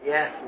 Yes